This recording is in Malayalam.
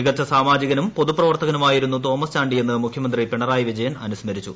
മികച്ച സാമാജികനും പൊതു പ്രവർത്തകനുമായിരുന്നു തോമസ് ചാണ്ടിയെന്ന് മുഖ്യമന്ത്രി പിണറായി വിജയൻ അനുസ്മരിച്ചു